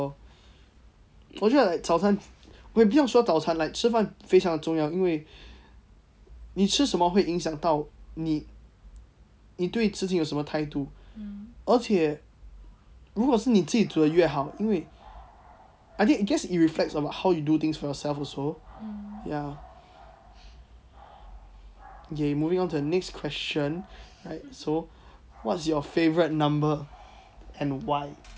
我觉得 like 早餐我也不要说早餐 like 吃饭非常的重要因为你吃什么会影响到你对事情的什么态度而且如果是你自己煮的越好因为 I think guess it reflects how you do things for yourself also ya ya moving on to the next question so what's your favourate number and why